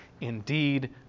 indeed